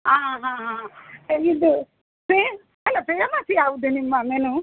ಹಾಂ ಹಾಂ ಹಾಂ ಇದು ಪೇ ಅಲ್ಲ ಪೇಮಸ್ ಯಾವ್ದು ನಿಮ್ಮ ಮೆನು